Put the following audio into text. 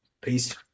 Peace